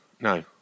no